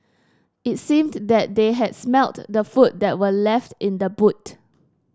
it seemed that they had smelt the food that were left in the boot